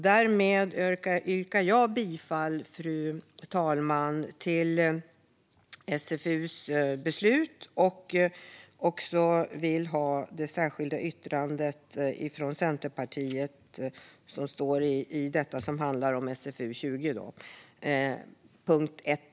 Därmed, fru talman, yrkar jag bifall till SfU:s förslag och hänvisar till Centerpartiets särskilda yttrande när det handlar om SfU20, punkt 1.